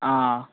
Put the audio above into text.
आं